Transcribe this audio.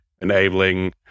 enabling